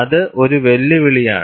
അത് ഒരു വെല്ലുവിളിയാണ്